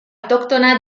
autóctona